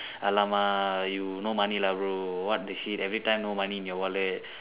!alamak! you no money lah bro what the shit every time no money in your wallet